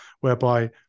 whereby